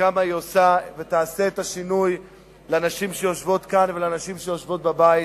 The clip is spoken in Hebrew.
וכמה היא עושה ותעשה את השינוי לנשים שיושבות כאן ולנשים שיושבות בבית.